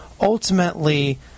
ultimately